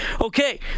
Okay